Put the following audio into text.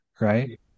right